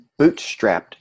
bootstrapped